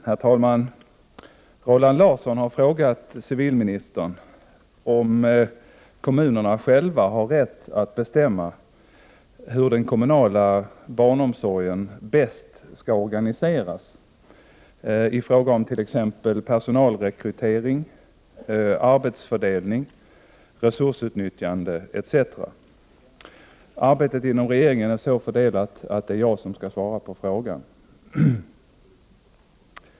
Herr talman! Roland Larsson har frågat civilministern om kommunerna själva har rätt att bestämma hur den kommunala barnomsorgen bäst skall organiseras i fråga om t.ex. personalrekrytering, arbetsfördelning, resursutnyttjande, etc. Arbetet inom regeringen är så fördelat att det är jag som skall svara på frågan.